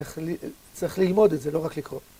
צריך ללמוד את זה לא רק לקרוא.